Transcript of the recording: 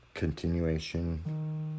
Continuation